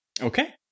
Okay